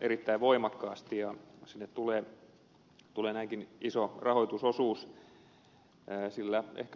erittäin voimakkaasti ja sinne tulee näinkin iso rahoitusosuus